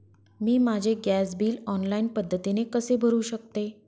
मी माझे gas bill online पद्धतीने कसे भरु शकते?